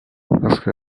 lorsque